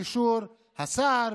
באישור השר,